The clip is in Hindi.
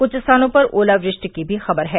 कुछ स्थानों पर ओलावृष्टि की भी खबर है